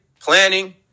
planning